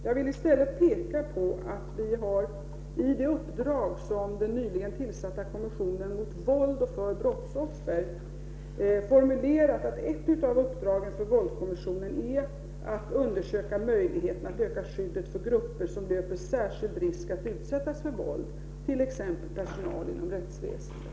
Jag vill i stället peka på att det i det uppdrag som den nyligen tillsatta kommissionen mot våld och för brottsoffer har fått, har formulerats att ett av uppdragen är att undersöka möjligheten att öka skyddet för grupper som löper särskild risk att utsättas för våld, t.ex. personal inom rättsväsendet.